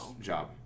job